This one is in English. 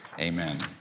Amen